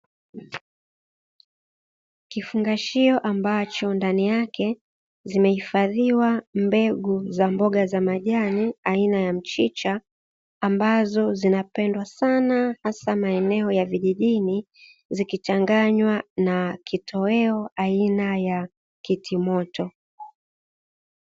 Kifungashio mabacho ndani yake zimehifadhiwa mbegu za mboga za majani aina ya mchicha, ambazo zinapendwa sana hasa maeneo ya vijijini zikichanganywa na kitoweo aina ya kitimoto.